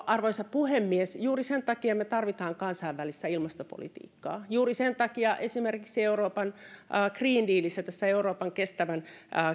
arvoisa puhemies juuri sen takia me tarvitsemme kansainvälistä ilmastopolitiikkaa juuri sen takia esimerkiksi european green dealissa tässä euroopan kestävän